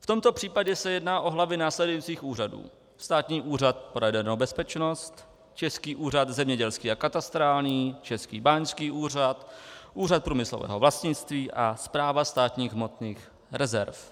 V tomto případě se jedná o hlavy následujících úřadů: Státní úřad pro jadernou bezpečnost, Český úřad zemědělský a katastrální, Český báňský úřad, Úřad průmyslového vlastnictví a Správa státních hmotných rezerv.